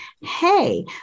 hey